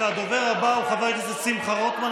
והדובר הבא הוא חבר הכנסת שמחה רוטמן,